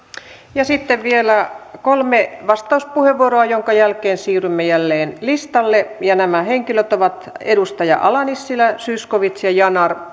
ja sitten vielä kolme vastauspuheenvuoroa minkä jälkeen siirrymme jälleen listalle nämä henkilöt ovat edustajat ala nissilä zyskowicz ja ja yanar